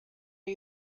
are